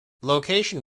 location